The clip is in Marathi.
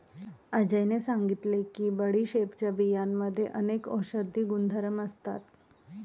अजयने सांगितले की बडीशेपच्या बियांमध्ये अनेक औषधी गुणधर्म असतात